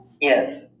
Yes